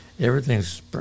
Everything's